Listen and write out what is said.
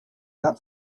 that